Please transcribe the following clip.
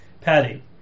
Patty